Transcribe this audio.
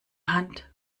hand